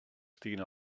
estiguin